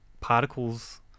particles